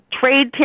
trade